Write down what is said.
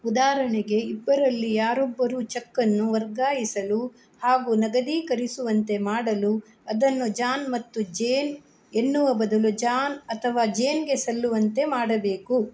ಉದಾಹರಣೆಗೆ ಇಬ್ಬರಲ್ಲಿ ಯಾರೊಬ್ಬರು ಚೆಕ್ಕನ್ನು ವರ್ಗಾಯಿಸಲು ಹಾಗು ನಗದೀಕರಿಸುವಂತೆ ಮಾಡಲು ಅದನ್ನು ಜಾನ್ ಮತ್ತು ಜೇನ್ ಎನ್ನುವ ಬದಲು ಜಾನ್ ಅಥವಾ ಜೇನ್ಗೆ ಸಲ್ಲುವಂತೆ ಮಾಡಬೇಕು